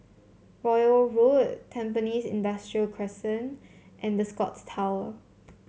Royal Road Tampines Industrial Crescent and The Scotts Tower